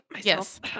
Yes